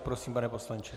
Prosím, pane poslanče.